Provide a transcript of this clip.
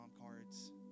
cards